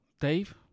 Dave